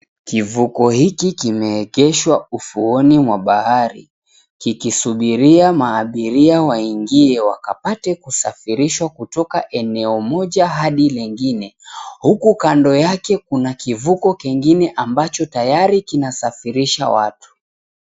Kivuko hiki kimeegeshwa ufuoni mwa bahari, kikisubiria maabiria waingie wasafirishwe kutoka eneo moja hadi lingine. Huku kando yake kuna kivuko kingine ambacho tayari kinasafirisha watu.